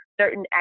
certain